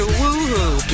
woohoo